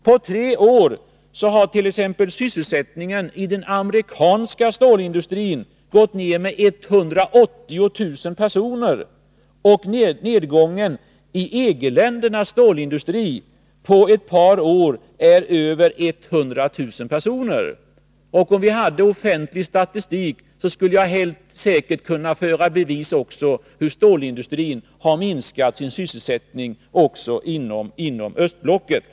På tre år har sysselsättningen i den amerikanska stålindustrin minskat med 180 000 personer, och nedgången i EG-ländernas stålindustri på ett par år är över 100 000 personer. Om vi hade offentlig statistik skulle jag helt säkert kunna bevisa hur stålindustrin har minskat sin sysselsättning också inom östblocket.